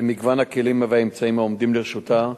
במגוון הכלים והאמצעים העומדים לרשותה.